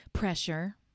Pressure